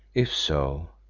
if so,